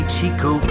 Chico